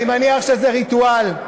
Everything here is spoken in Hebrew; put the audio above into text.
אני מניח שזה ריטואל,